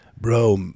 Bro